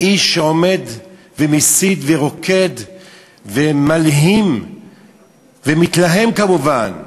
איש שעומד ומסית ורוקד ומלהים ומתלהם, כמובן,